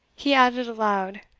he added aloud,